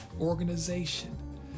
organization